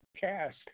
cast